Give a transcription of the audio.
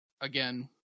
again